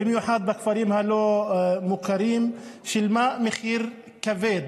במיוחד בכפרים הלא-מוכרים, שילמה מחיר כבד,